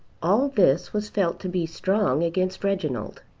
all this was felt to be strong against reginald.